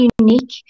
unique